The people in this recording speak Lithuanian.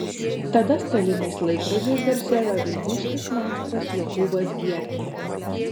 tada staliniais laikrodžiais garsėjo vilniškis meistras jokūbas gierkė